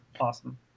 awesome